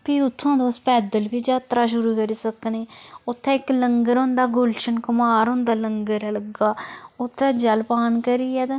फ्ही उत्थुआं तुस पैदल बी जात्तरा शुरू करी सकने उत्थें इक लंगर होंदा गुलशन कुमार होंदा लंगर लग्गा उत्थें जलपान करियै ते